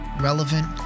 relevant